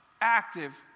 active